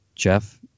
Jeff